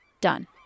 done